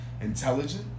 intelligent